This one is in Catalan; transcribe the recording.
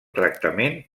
tractament